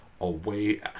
away